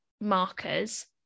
markers